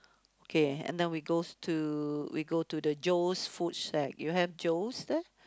K and then we goes to we go to the Joes food shack you have Joes there